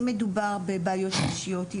אם מדובר בבעיות נפשיות,